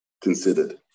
considered